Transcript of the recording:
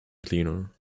cleaner